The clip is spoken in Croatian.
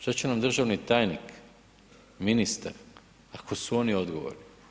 Šta će nam državni tajnik, ministar ako su oni odgovorni?